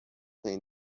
têm